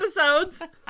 episodes